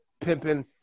pimping